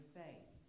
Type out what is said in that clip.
faith